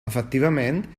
efectivament